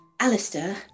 Alistair